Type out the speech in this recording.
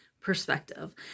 perspective